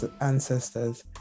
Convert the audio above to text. ancestors